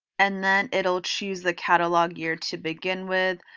and then it'll choose the catalog year to begin with.